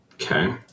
Okay